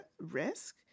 risk